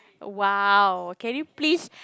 !wow! can you please